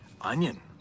Onion